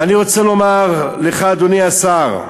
ואני רוצה לומר לך, אדוני השר: